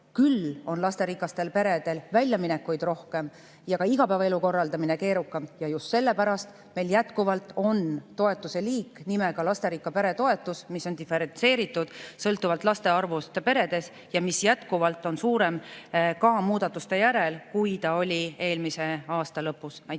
Küll aga on lasterikastel peredel väljaminekuid rohkem ja ka igapäevaelu korraldamine keerukam ja just sellepärast on meil jätkuvalt toetuse liik nimega "lasterikka pere toetus", mis on diferentseeritud sõltuvalt laste arvust peres ja mis jätkuvalt on ka muudatuste järel suurem, kui ta oli eelmise aasta lõpus. Priit